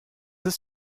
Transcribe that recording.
ist